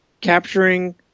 capturing